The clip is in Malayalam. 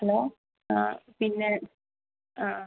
ഹലോ ആ പിന്നെ ആ